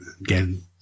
again